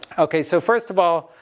okay so, first of all,